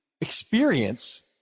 experience